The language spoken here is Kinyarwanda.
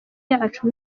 yacu